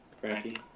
Frankie